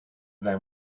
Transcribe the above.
them